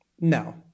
No